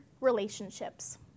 relationships